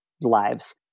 lives